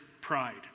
pride